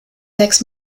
sechs